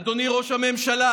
אדוני ראש הממשלה,